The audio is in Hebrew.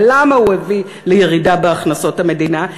למה הוא הביא לירידה בהכנסות המדינה?